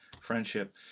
friendship